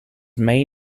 main